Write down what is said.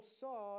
saw